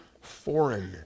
foreign